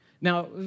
Now